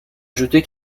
ajouter